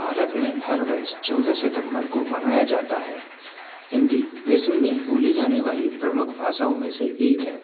भारत में हर वर्ष चौदह सितम्बर को मनाया जाता है हिंदी विश्व में बोली जाने वाली प्रमुख भाषाओं में से एक है